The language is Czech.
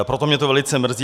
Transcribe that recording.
Proto mě to velice mrzí.